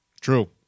True